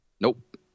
Nope